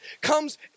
comes